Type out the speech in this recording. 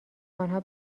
آنها